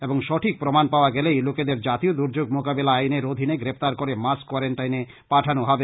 এবং সঠিক প্রমাণ পাওয়া গেলে এই লোকেদের জাতীয় দূর্যোগ মোকাবিলা আইনের অধীনে গ্রেপ্তার করে মাস কোয়ারেন্টাইনে পাঠানো হবে